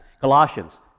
Colossians